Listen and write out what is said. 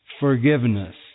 forgiveness